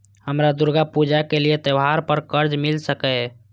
हमरा दुर्गा पूजा के लिए त्योहार पर कर्जा मिल सकय?